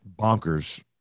bonkers